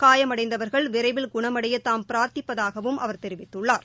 காயமடைந்தவர்கள் விரைவில் குணமடைய தாம் பிரா்ர்த்திப்பதாகவும் அவர் தெரிவித்துள்ளார்